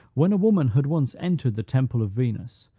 when a woman had once entered the temple of venus,